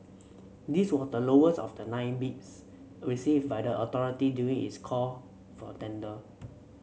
this was the lowest of the nine bids received by the authority during its call for tender